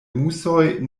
musoj